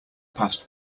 past